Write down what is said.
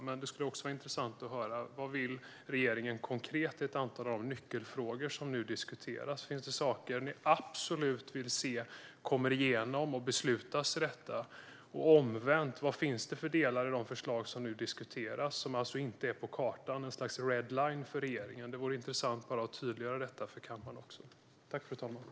Men det skulle också vara intressant att höra vad regeringen konkret vill i ett antal av de nyckelfrågor som nu diskuteras. Finns det saker ni absolut vill se komma igenom och beslutas i detta? Omvänt, vad finns det för delar i de förslag som nu diskuteras - som alltså inte finns på kartan - som är en sorts red line för regeringen? Det vore intressant att höra ministern tydliggöra detta för kammaren.